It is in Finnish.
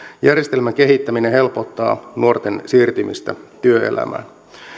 järjestelmän kehittäminen helpottaa nuorten siirtymistä työelämään